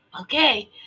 Okay